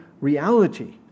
reality